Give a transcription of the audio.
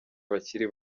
bakiri